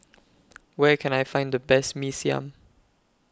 Where Can I Find The Best Mee Siam